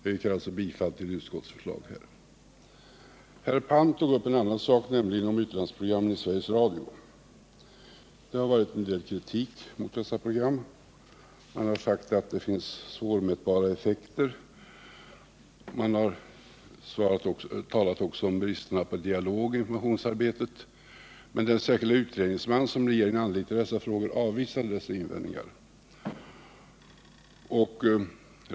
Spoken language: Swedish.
Jag yrkar alltså bifall till utskottets förslag. Herr Palm tog upp en annan sak, nämligen utlandsprogrammen i Sveriges Radio. Det har förekommit en del kritik mot dessa program. Det har sagts att det finns svårmätbara effekter, och det har också talats om bristerna när det gäller dialog i informationsarbetet. Men den särskilda utredningsman som regeringen anlitade i dessa frågor avvisade invändningarna.